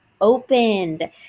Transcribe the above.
opened